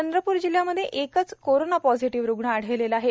चंद्रप्र जिल्ह्यामध्ये एकच corona positive रुग्ण आढळलेला आहे